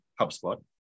HubSpot